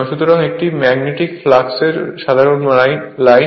সুতরাং এটি ম্যাগনেটিক ফ্লাক্সের সাধারণ লাইন